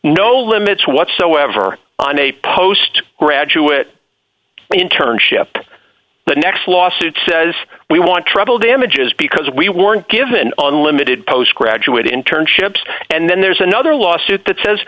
no limits whatsoever on a post graduate in turn ship the next lawsuit says we want trouble damages because we weren't given on limited post graduate internships and then there's another lawsuit that says